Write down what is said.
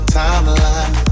timeline